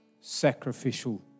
sacrificial